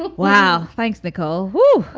wow. thanks, nicole. oh,